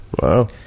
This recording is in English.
Wow